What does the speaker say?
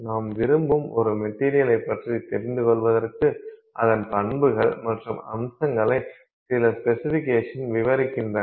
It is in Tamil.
நாம் விரும்பும் ஒரு மெட்டீரியலைப் பற்றி தெரிந்துக்கொள்வதற்கு அதன் பண்புகள் மற்றும் அம்சங்களை சில ஸ்பேசிஃபிக்கேஷன் விவரிக்கின்றன